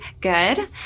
Good